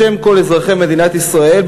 בשם כל אזרחי מדינת ישראל,